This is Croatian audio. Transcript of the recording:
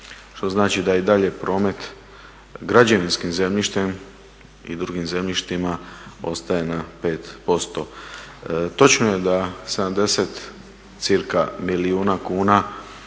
Što znači da je i dalje promet građevinskim zemljištem i drugim zemljištima ostaje na 5%. Točno je da 70 cca milijuna kuna